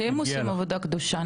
אתם עושים עבודה קדושה.